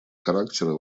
характера